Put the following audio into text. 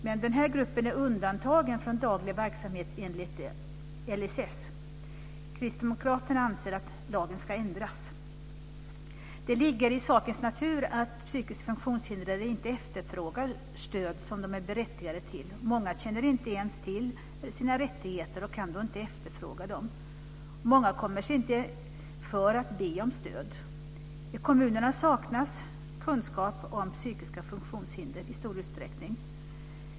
Men den här gruppen är undantagen från daglig verksamhet enligt LSS. Kristdemokraterna anser att detta ska ändras. Det ligger i sakens natur att psykiskt funktionshindrade inte efterfrågar stöd som de är berättigade till. Många känner inte ens till sina rättigheter och kan då inte efterfråga dem. Många kommer sig inte för att be om stöd. I kommunerna saknas kunskap om psykiska funktionshinder i stor utsträckning.